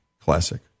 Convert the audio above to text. classic